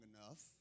enough